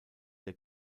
der